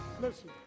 Listen